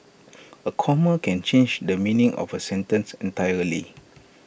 A comma can change the meaning of A sentence entirely